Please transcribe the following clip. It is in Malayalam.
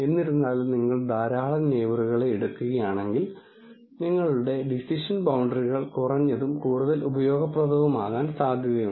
എന്നിരുന്നാലും നിങ്ങൾ ധാരാളം നെയിബറുകളെ എടുക്കുകയാണെങ്കിൽ നിങ്ങളുടെ ഡിസിഷൻ ബൌണ്ടറികൾ കുറഞ്ഞതും കൂടുതൽ ഉപയോഗപ്രദവുമാകാൻ സാധ്യതയുണ്ട്